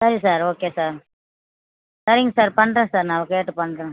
சரி sir okay sir சரிங்க sir பண்ணுறேன் சார் நான் கேட்டு பண்ணுறேன்